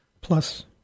plus